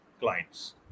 clients